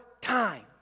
time